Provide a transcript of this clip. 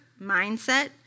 mindset